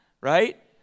Right